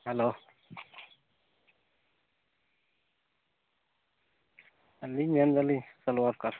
hello ᱟᱹᱞᱤᱧ ᱢᱮᱱ ᱮᱫᱟᱞᱤᱧ ᱥᱳᱥᱟᱞᱚᱣᱟᱨᱠᱟᱨ